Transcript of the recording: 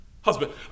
husband